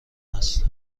هست